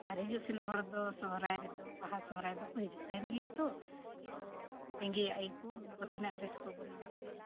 ᱟᱨ ᱦᱤᱡᱩᱜ ᱥᱮᱱᱚᱜ ᱦᱚᱲ ᱫᱚ ᱥᱚᱦᱚᱨᱟᱭ ᱨᱮᱫᱚ ᱵᱟᱦᱟ ᱥᱚᱦᱚᱨᱟᱭ ᱨᱮᱫᱚ ᱠᱚ ᱦᱤᱡᱩᱜ ᱛᱟᱦᱮᱱ ᱜᱮᱭᱟ ᱛᱚ ᱛᱚ ᱵᱮᱸᱜᱮᱫᱟᱜ ᱜᱮᱠᱚ ᱢᱮᱱᱟᱠᱚ ᱛᱤᱱᱟᱹᱜ ᱵᱮᱥ ᱠᱚ ᱵᱮᱱᱟᱣᱟ